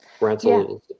rental